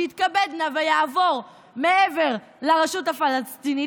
שיתכבד נא ויעבור מעבר לרשות הפלסטינית,